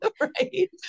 right